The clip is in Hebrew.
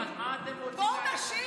נו, אז מה אתם רוצים, בואו נשאיר.